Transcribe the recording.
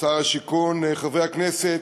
שר השיכון, חברי הכנסת,